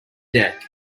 deck